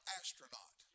astronaut